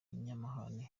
umunyamahane